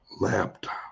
laptop